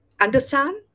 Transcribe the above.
understand